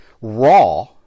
raw